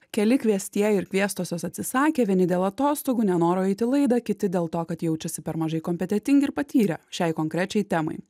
keli kviestieji ir kviestosios atsisakė vieni dėl atostogų nenoro eit į laidą kiti dėl to kad jaučiasi per mažai kompetentingi ir patyrę šiai konkrečiai temai